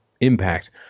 impact